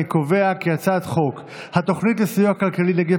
אני קובע כי חוק התוכנית לסיוע כלכלי (נגיף